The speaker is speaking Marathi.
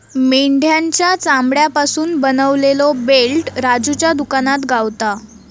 मेंढ्याच्या चामड्यापासून बनवलेलो बेल्ट राजूच्या दुकानात गावता